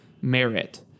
merit